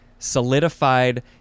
solidified